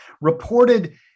reported